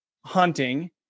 hunting